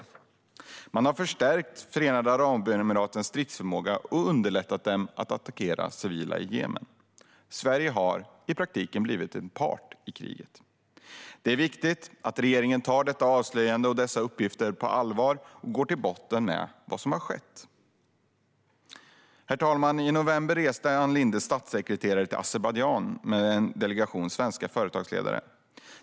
Man har stärkt Förenade Arabemiratens stridsförmåga och underlättat för dem att attackera civila i Jemen. Sverige har i praktiken blivit en part i kriget. Det är viktigt att regeringen tar detta avslöjande och dessa uppgifter på allvar och går till botten med vad som har skett. Herr talman! I november reste Ann Lindes statssekreterare till Azerbajdzjan med en delegation svenska företagsledare.